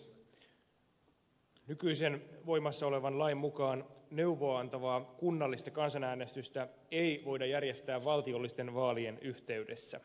nykyisen voimassa olevan lain mukaan neuvoa antavaa kunnallista kansanäänestystä ei voida järjestää valtiollisten vaalien yhteydessä